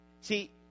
See